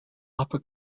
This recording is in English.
upper